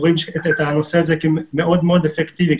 רואים את הנושא הזה כמאוד מאוד אפקטיבי.